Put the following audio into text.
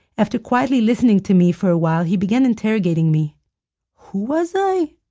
after quietly listening to me for while, he began interrogating me who was i?